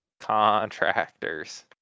Contractors